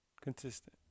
consistent